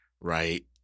right